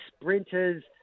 sprinters